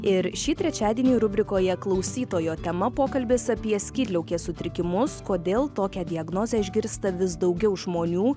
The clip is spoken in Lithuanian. ir šį trečiadienį rubrikoje klausytojo tema pokalbis apie skydliaukės sutrikimus kodėl tokią diagnozę išgirsta vis daugiau žmonių